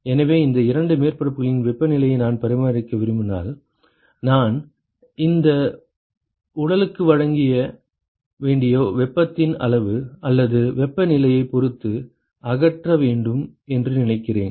எனவே இந்த இரண்டு மேற்பரப்புகளின் வெப்பநிலையை நான் பராமரிக்க விரும்பினால் நான் ஒரு உடலுக்கு வழங்க வேண்டிய வெப்பத்தின் அளவு அல்லது வெப்பநிலையைப் பொறுத்து அகற்ற வேண்டும் என்று நினைக்கிறேன்